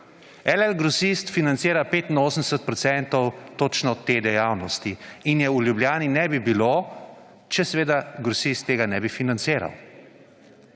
LL Grosist financira 85 % točno te dejavnosti, ki je v Ljubljani ne bi bilo, če LL Grosist tega ne bi financiral.